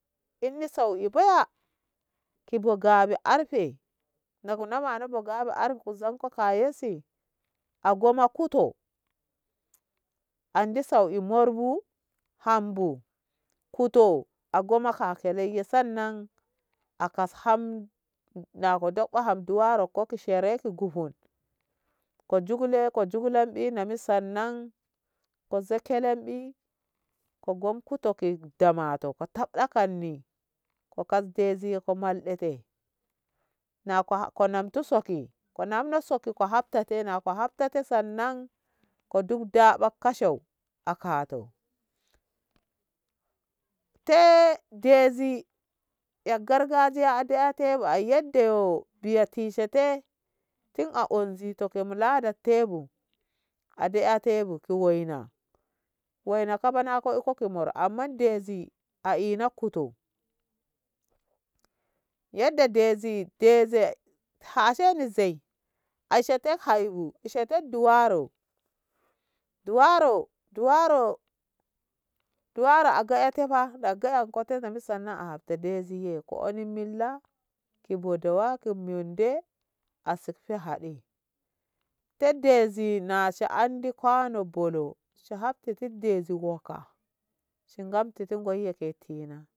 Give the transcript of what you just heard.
Inne sauki baya ki bo gabi arfe nagu na wana go ganu ar kar kuzan ko ye si agoma kuto andi sauki mor bu han bu kuto a gomma kaki leyye sannan a kas ham na ko daf ham duwaro ko ki shehiri guho ko jule ko jullen ɗina mi sannan ko zekkelenɓi ko gomki teke bu damatiko tafɓa kanni ko kaz dezi ko malɗete nako ham ko nam so ki ko nam no soki ko hattatena nako hartete sannan ko dub ɗaɓa kashau aka to, te dezi e gargajiya dete bu ai yadda yo riya ti sa te tin a onzi toke mu lada tebi ade a tebu ki waina, waina kaba nako ki mor amma dezi a ina kutu yadda dezi deze hasheni zei ashe te hai bu shete duwaro, duwaro duwaro duwaro a ga'ete ba, ba gayenko sana'atu dezi ye ko enin milla ki bo dawaki monde a se fe haɗe na dezi andi kwano bolo shi hafti ti dezi wakka shi ngamititi ngoyi ke tina.